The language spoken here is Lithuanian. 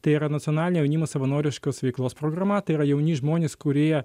tai yra nacionalinė jaunimo savanoriškos veiklos programa tai yra jauni žmonės kurie